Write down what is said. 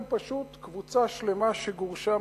הם פשוט קבוצה שלמה שגורשה מביתה.